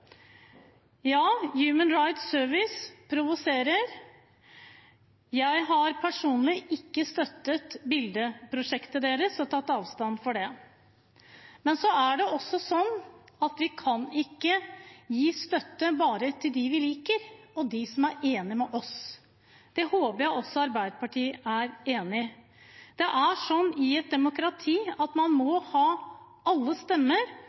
Ja, Human Rights Service provoserer. Jeg har personlig ikke støttet bildeprosjektet deres, jeg har tatt avstand fra det. Men vi kan ikke gi støtte bare til dem vi liker, og til dem som er enige med oss. Det håper jeg at også Arbeiderpartiet er enig i. I et demokrati må man ha alles stemmer,